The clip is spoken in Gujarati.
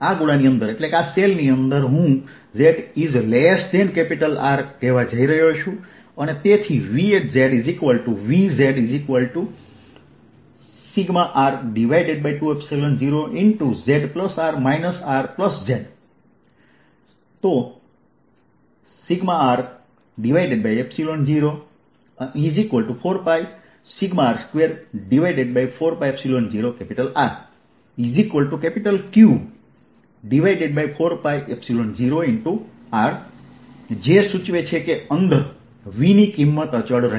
આ ગોળાની અંદર આ શેલની અંદર હું Z R કહેવા જઇ રહ્યો છું અને તેથી VzσR20zR Rz σR04πσR24π0R Q4π0R જે સૂચવે છે કે અંદર V ની કિંમત અચળ છે